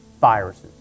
viruses